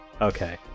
Okay